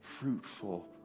fruitful